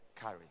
carry